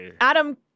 Adam